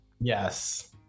Yes